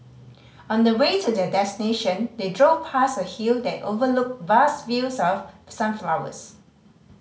on the way to their destination they drove past a hill that overlooked vast fields of sunflowers